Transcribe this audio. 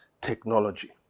technology